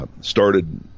Started